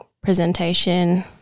presentation